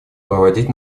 проводить